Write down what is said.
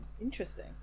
interesting